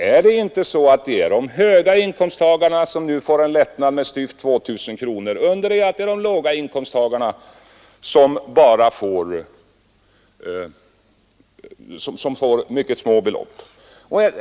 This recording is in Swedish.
Är det inte så, att det är de höga inkomsttagarna som nu får en lättnad med styvt 2 000 kronor, under det att de inkomsttagare som har låga inkomster bara får mycket små belopp?